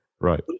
Right